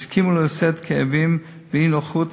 שהסכימו לשאת כאבים ואי-נוחות,